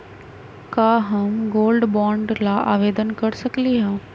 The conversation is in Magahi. का हम गोल्ड बॉन्ड ला आवेदन कर सकली ह?